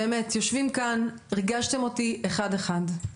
באמת, יושבים כאן ואתם ריגשתם אותי אחד אחד.